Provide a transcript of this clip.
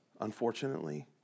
unfortunately